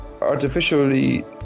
artificially